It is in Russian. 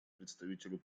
представителю